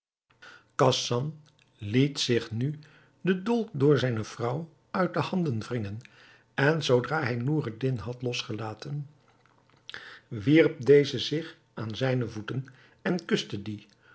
khasan liet zich nu den dolk door zijne vrouw uit de hand wringen en zoodra hij noureddin had losgelaten wierp deze zich aan zijne voeten en kuste die